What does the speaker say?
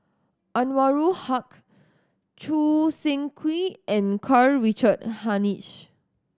Anwarul Haque Choo Seng Quee and Karl Richard Hanitsch